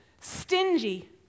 stingy